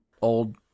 old